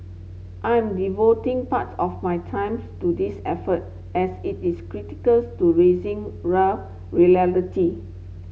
I am devoting part of my times to this effort as it is critical to raising rail reality